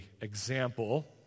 example